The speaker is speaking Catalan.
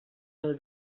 mil